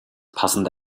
passende